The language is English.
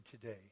today